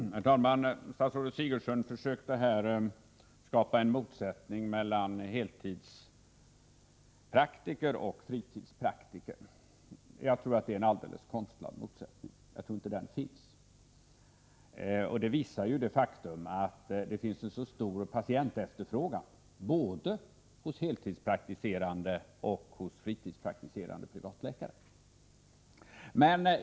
Herr talman! Statsrådet Sigurdsen försökte här skapa en motsättning mellan heltidspraktiker och fritidspraktiker. Jag tror att det är en alldeles konstlad motsättning. Det visar det faktum att det finns en så stor patientefterfrågan på både heltidspraktiserande och fritidspraktiserande privatläkare.